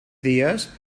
dies